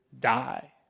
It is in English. die